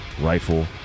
Rifle